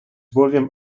william